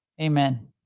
Amen